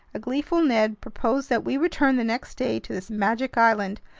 a gleeful ned proposed that we return the next day to this magic island,